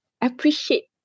appreciate